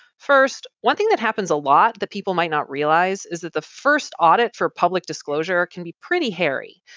first, one thing that happens a lot that people might not realize is that the first audit for public disclosure can be pretty hairy.